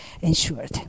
ensured